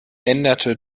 änderte